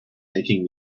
making